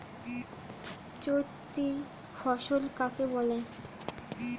চৈতি ফসল কাকে বলে?